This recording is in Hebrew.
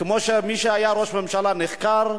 כמו שראש ממשלה נחקר,